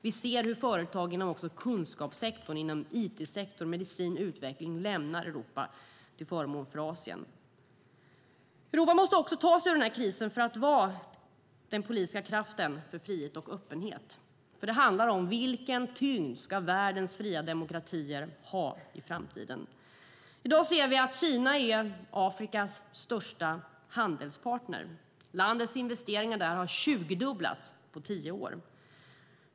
Vi ser hur företagen också inom kunskapssektorn, it-sektorn, medicin och utveckling lämnar Europa till förmån för Asien. Europa måste också ta sig ur denna kris för att vara den politiska kraften för frihet och öppenhet. Det handlar nämligen om vilken tyngd världens fria demokratier ska ha i framtiden. I dag ser vi att Kina är Afrikas största handelspartner. Landets investeringar där har tjugodubblats på tio år.